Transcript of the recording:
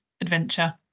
adventure